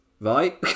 right